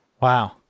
wow